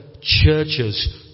churches